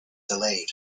delayed